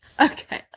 Okay